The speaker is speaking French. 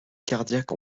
cardiaque